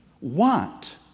want